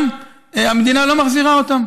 המדינה לא מחזירה אותן,